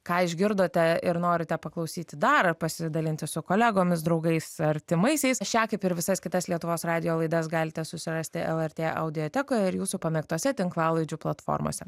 ką išgirdote ir norite paklausyti dar ar pasidalinti su kolegomis draugais artimaisiais šią kaip ir visas kitas lietuvos radijo laidas galite susirasti el er tė audiotekoje ir jūsų pamėgtose tinklalaidžių platformose